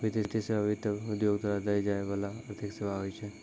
वित्तीय सेवा, वित्त उद्योग द्वारा दै जाय बाला आर्थिक सेबा होय छै